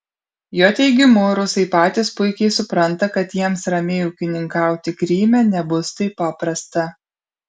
jo teigimu rusai patys puikiai supranta kad jiems ramiai ūkininkauti kryme nebus taip paprasta